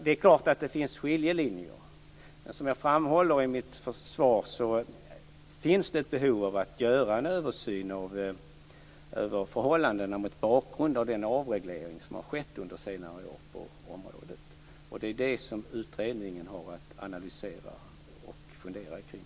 Det är klart att det finns skiljelinjer. Som jag framhåller i mitt svar finns det ett behov av att göra en översyn av förhållandena mot bakgrund av den avreglering som skett under senare år på området. Det är det som utredningen har att analysera och fundera kring.